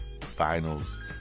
finals